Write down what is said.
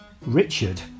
Richard